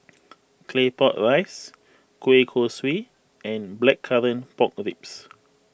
Claypot Rice Kueh Kosui and Blackcurrant Pork Ribs